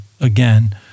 Again